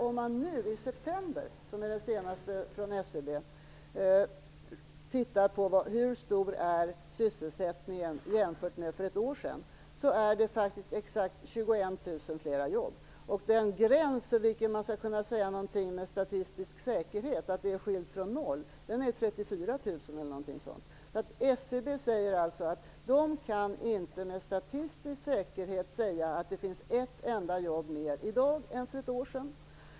Om man tittar på hur stor sysselsättningen är i september - SCB:s senaste statistik - jämfört med för ett år sedan ser man att det är exakt 21 000 fler jobb. Den gräns för när man med en viss statistik säkerhet skall kunna säga att det är skilt från noll går vid 34 000. SCB säger att man med statistisk säkerhet inte kan säga att det finns ett enda jobb mer i dag än för ett år sedan.